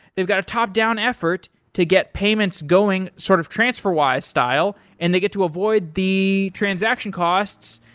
they've got a top-down effort to get payments going sort of transfer-wise style and they get to avoid the transaction costs.